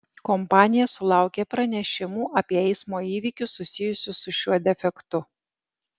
kompanija sulaukė pranešimų apie eismo įvykius susijusius su šiuo defektu